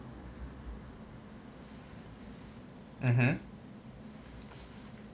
mmhmm